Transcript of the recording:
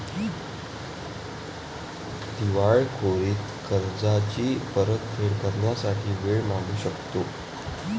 दिवाळखोरीत कर्जाची परतफेड करण्यासाठी वेळ मागू शकतो